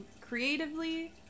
creatively